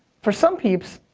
for some peeps,